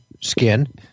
skin